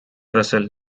vessel